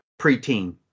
preteen